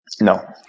No